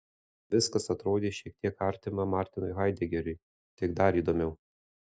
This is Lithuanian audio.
viskas atrodė šiek tiek artima martinui haidegeriui tik dar įdomiau